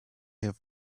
have